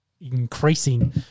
increasing